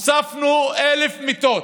מאז משבר הקורונה הוספנו 1,000 מיטות.